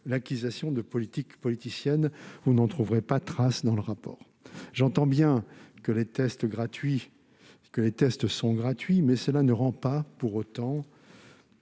l'accusation de politique politicienne. Vous n'en trouverez pas trace dans le rapport. Par ailleurs, j'entends bien que les tests sont gratuits, mais cela ne rend pas pour autant